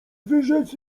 wyrzec